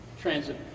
transit